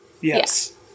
Yes